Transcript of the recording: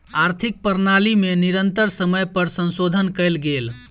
आर्थिक प्रणाली में निरंतर समय पर संशोधन कयल गेल